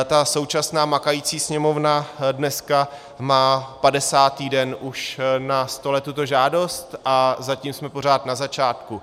Ta současná makající Sněmovna dneska má 50. den už na stole tuto žádost, a zatím jsme pořád na začátku.